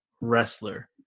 wrestler